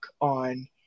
on